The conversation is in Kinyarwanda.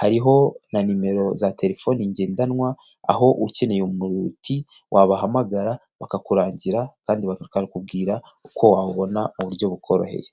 hariho na nimero za telefoni ngendanwa aho ukeneye umuti wabahamagara bakakurangira kandi bakakubwira uko wawubona mu buryo bukoroheye.